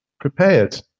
Prepared